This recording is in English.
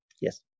yes